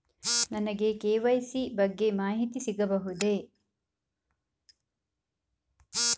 ನನಗೆ ಕೆ.ವೈ.ಸಿ ಬಗ್ಗೆ ಮಾಹಿತಿ ಸಿಗಬಹುದೇ?